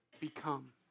become